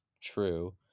true